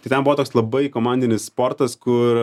tai ten buvo tas labai komandinis sportas kur